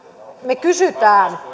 me kysymme